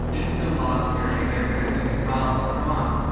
eat some lobster and get rid of susan collins. come on.